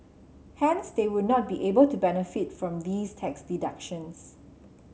hence they would not be able to benefit from these tax deductions